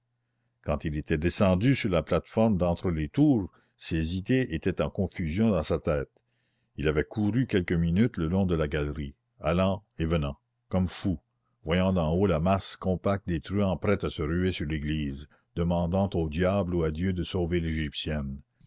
quand il était descendu sur la plate-forme d'entre les tours ses idées étaient en confusion dans sa tête il avait couru quelques minutes le long de la galerie allant et venant comme fou voyant d'en haut la masse compacte des truands prête à se ruer sur l'église demandant au diable ou à dieu de sauver l'égyptienne